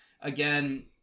again